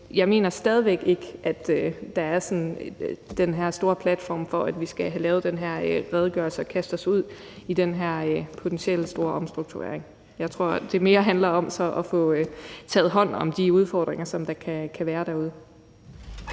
Jeg mener stadig væk ikke, at der er den her store platform for, at vi skal have lavet den her redegørelse og kaste os ud i den her potentielt store omstrukturering. Jeg tror, at det så mere handler om at få taget hånd om de udfordringer, der kan være derude.